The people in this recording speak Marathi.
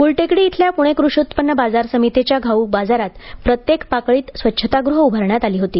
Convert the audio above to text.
गुलटेकडी इथल्या पुणे कृषी उत्पन्न बाजार समितीच्या घाऊक बाजारात प्रत्येक पाकळीत स्वच्छताग्रहे उभारण्यात आली होती